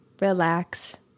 relax